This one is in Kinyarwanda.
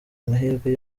amahirwe